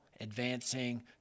advancing